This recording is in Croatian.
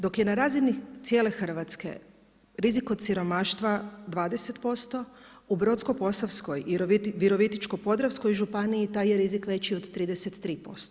Dok je na razini cijele Hrvatske rizik od siromaštva 20%, u Brodsko-posavskoj i Virovitičko-podravskoj županiji taj je rizik veći od 33%